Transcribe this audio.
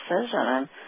decision